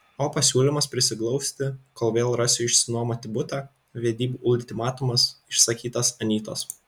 o pasiūlymas prisiglausti kol vėl rasiu išsinuomoti butą vedybų ultimatumas išsakytas anytos